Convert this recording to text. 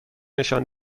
نشان